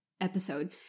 episode